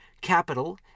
capital